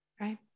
right